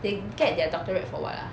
they get their doctorate for what ah